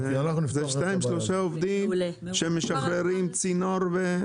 זה שניים-שלושה עובדים שמשחררים צינור.